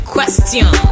Question